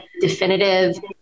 definitive